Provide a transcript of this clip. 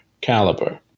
Caliber